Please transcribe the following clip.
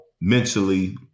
mentally